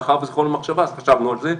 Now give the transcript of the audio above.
מאחר שזה חומר למחשבה, אז חשבנו על זה.